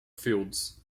fields